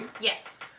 Yes